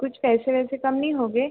कुछ पैसे वैसे कम नहीं होंगे